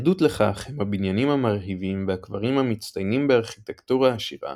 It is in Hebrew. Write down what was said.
עדות לכך הם הבניינים המרהיבים והקברים המצטיינים בארכיטקטורה עשירה